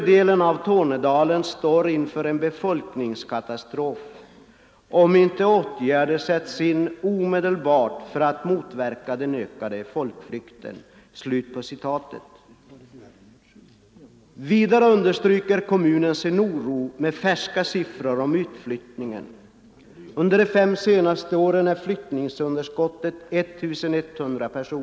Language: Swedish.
Ett sådant beslut skulle kraftigt försämra utvecklingen för ett redan befolkningsmässigt litet län. I detta sammanhang är det ändå märkligt att länsberedningens majoritet har lagt fram sitt förslag utan att redovisa konsekvenserna för invånarna i Skaraborgs län. Enligt min mening reser sig vid tanken på länsberedningens förslag i detta avseende så många invändningar och frågetecken, att det bästa alternativet är att inte ändra den nuvarande länsgränsen mellan Skaraborgs och Jönköpings län. Till detta kommer alla de meningsyttringar som framförts av företrädare för berörda kommuner och av enskilda människor. De har samtliga haft den innebörden att man kraftigt motsatt sig en överflyttning till Jönköpings län.